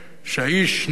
נגן הפסנתר,